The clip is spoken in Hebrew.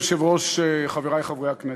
אדוני היושב-ראש, חברי חברי הכנסת,